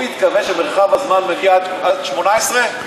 הוא התכוון שמרחב הזמן מגיע עד 2018?